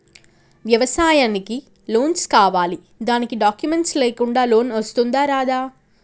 వ్యవసాయానికి లోన్స్ కావాలి దానికి డాక్యుమెంట్స్ లేకుండా లోన్ వస్తుందా రాదా?